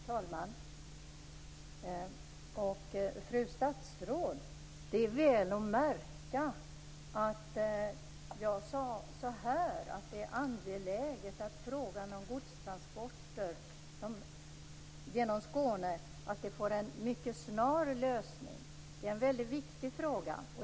Herr talman! Fru statsråd! Det är väl att märka att jag sade att det är angeläget att frågan om godstransporter genom Skåne får en snar lösning. Det är en viktig fråga.